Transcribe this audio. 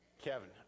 Kevin